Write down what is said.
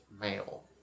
male